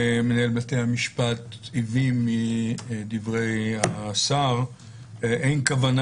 מנהל בתי המשפט הבין מדברי השר שאין כוונה